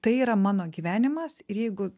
tai yra mano gyvenimas ir jeigu